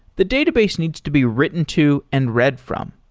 the database needs to be written to and read from.